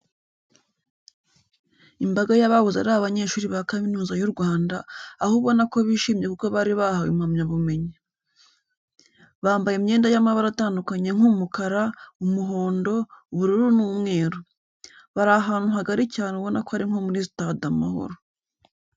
Imbaga y'abahoze ari abanyeshuri ba Kaminiza y'u Rwanda, aho ubona ko bishimye kuko bari bahawe impamyabumenyi. Bambaye imyenda y'amabara atandukanye nk'umukara, umuhondo, ubururu n'umweru. Bari ahantu hagari cyane ubona ko ari nko muri sitade Amahoro.